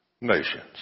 nations